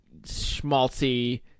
schmaltzy